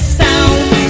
sound